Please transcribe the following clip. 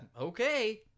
Okay